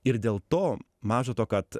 ir dėl to maža to kad